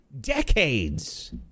decades